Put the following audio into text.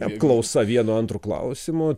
apklausa vienu antru klausimu